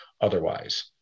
otherwise